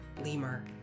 lemur